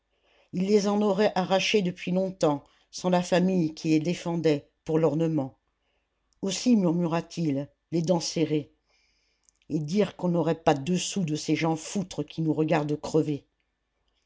il les en aurait arrachés depuis longtemps sans la famille qui les défendait pour l'ornement aussi murmura-t-il les dents serrées et dire qu'on n'aurait pas deux sous de ces jean foutre qui nous regardent crever